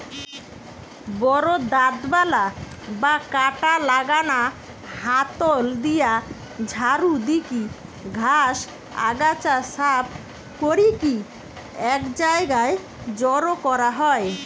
বড় দাঁতবালা বা কাঁটা লাগানা হাতল দিয়া ঝাড়ু দিকি ঘাস, আগাছা সাফ করিকি এক জায়গায় জড়ো করা হয়